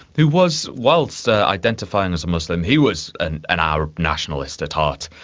who was, whilst identifying as a muslim, he was an an arab nationalist at heart.